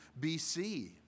BC